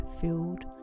filled